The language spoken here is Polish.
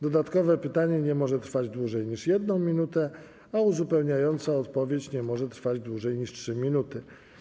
Dodatkowe pytanie nie może trwać dłużej niż 1 minutę, a uzupełniająca odpowiedź nie może trwać dłużej niż 3 minuty.